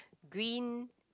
green